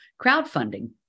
crowdfunding